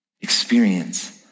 experience